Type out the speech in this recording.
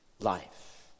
Life